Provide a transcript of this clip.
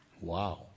Wow